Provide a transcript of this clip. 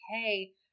okay